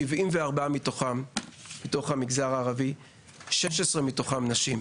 74 מתוכם מהמגזר הערבי ו-16 מתוכם נשים.